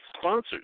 sponsors